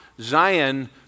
Zion